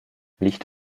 licht